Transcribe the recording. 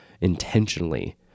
intentionally